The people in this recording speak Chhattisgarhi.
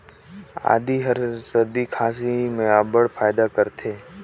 आदी हर सरदी खांसी में अब्बड़ फएदा करथे